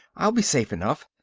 i'll be safe enough.